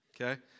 okay